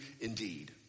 indeed